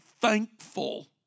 thankful